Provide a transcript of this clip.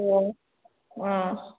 ꯑꯣ ꯑꯥ